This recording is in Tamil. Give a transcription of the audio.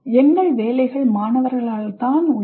எங்கள் வேலைகள் மாணவர்களால் தான் உள்ளன